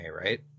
right